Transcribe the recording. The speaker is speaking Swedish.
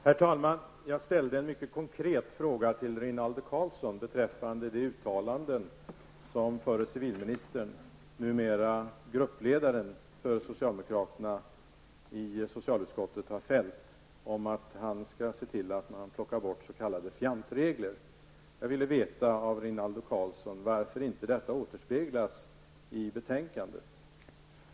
Herr talman! Jag ställde en mycket konkret fråga till Rinaldo Karlsson beträffande det uttalande som förre civilministern, nuvarande gruppledaren för socialdemokraterna i socialutskottet har fällt om att han skall se till att man plockar bort s.k. fjantregler. Jag ville veta av Rinaldo Karlsson varför inte detta återspeglas i betänkandet.